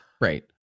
Right